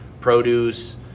produce